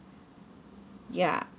ya